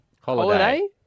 Holiday